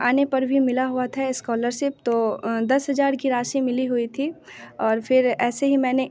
आने पर भी मिला हुआ था एस्कोलरसिप तो दस हज़ार की राशि मिली हुई थी और फिर ऐसे ही मैंने